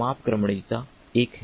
मापक्रमणीयता एक है